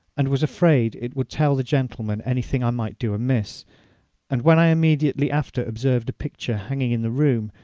and was afraid it would tell the gentleman any thing i might do amiss and when i immediately after observed a picture hanging in the room,